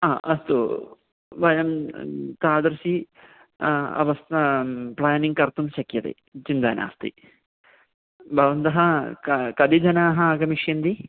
हा अस्तु वयं तादृशी अवस्था प्लानिङ्ग् कर्तुं शक्यते चिन्ता नास्ति भवन्तः कति कति जनाः आगमिष्यन्ति